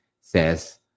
says